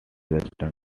western